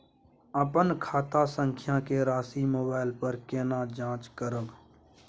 अपन खाता संख्या के राशि मोबाइल पर केना जाँच करब?